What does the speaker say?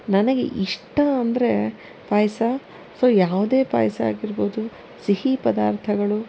ನನಗೆ ಇಷ್ಟ ಅಂದರೆ ಪಾಯಸ ಸೋ ಯಾವುದೇ ಪಾಯಸ ಆಗಿರ್ಬೋದು ಸಿಹಿ ಪದಾರ್ಥಗಳು